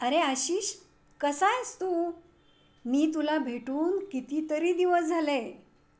अरे आशीष कसा आहेस तू मी तुला भेटून कितीतरी दिवस झाले